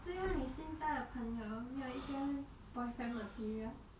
这样你现在的朋友没有一个 boyfriend material